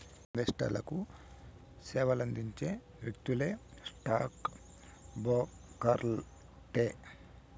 ఇన్వెస్టర్లకు సేవలందించే వ్యక్తులే స్టాక్ బ్రోకర్లంటే